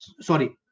Sorry